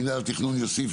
מינהל התכנון יוסיף,